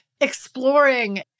exploring